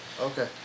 Okay